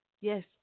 Yes